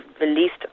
released